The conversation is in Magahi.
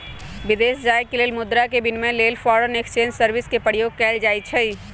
विदेश जाय के लेल मुद्रा के विनिमय लेल फॉरेन एक्सचेंज सर्विस के प्रयोग कएल जाइ छइ